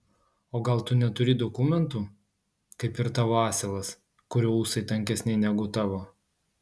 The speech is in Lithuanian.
o gal tu neturi dokumentų kaip ir tavo asilas kurio ūsai tankesni negu tavo